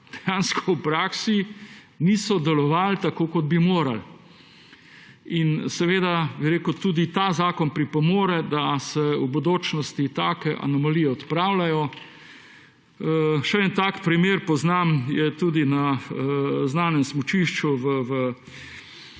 v praksi niso delovali tako, kot bi morali. In tudi ta zakon pripomore, da se v bodočnosti take anomalije odpravljajo. Še en tak primer poznam, je tudi na znanem smučišču v